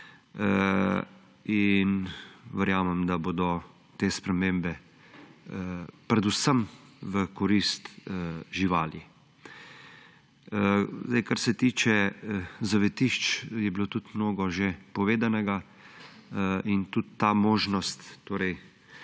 In verjamem, da bodo te spremembe predvsem v korist živali. Kar se tiče zavetišč, je bilo že veliko povedanega. Tudi ta možnost, da